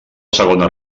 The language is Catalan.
segona